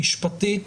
משפטית,